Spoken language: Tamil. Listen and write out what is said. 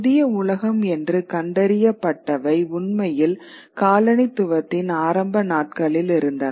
புதிய உலகம் என்று கண்டறியப்பட்டவை உண்மையில் காலனித்துவத்தின் ஆரம்ப நாட்களில் இருந்தன